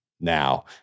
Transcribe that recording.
now